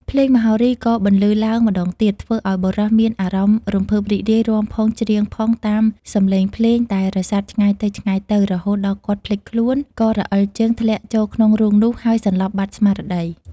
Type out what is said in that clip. ភ្លេង មហោរីក៏បន្លឺឡើងម្តងទៀត ធ្វើអោយបុរសមានអារម្មណ៍ រំភើបរីករាយ រាំផងច្រៀងផងតាមសំលេងភ្លេងដែល រសាត់ឆ្ងាយទៅៗ រហូតដល់គាត់ភ្លេចខ្លួន ក៏រអិលជើងធ្លាក់ចូលក្នុងរូងនោះ ហើយសន្លប់បាត់ស្មារតី ។